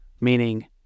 meaning